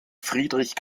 friedrich